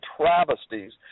travesties